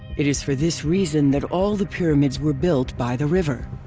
it is for this reason that all the pyramids were built by the river.